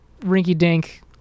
rinky-dink